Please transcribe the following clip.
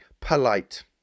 polite